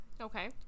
okay